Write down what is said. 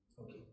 Okay